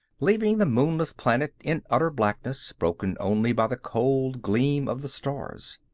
leaving the moonless planet in utter blackness, broken only by the cold gleam of the stars.